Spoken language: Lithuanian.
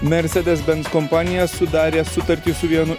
mercedes benz kompanija sudarė sutartį su vienu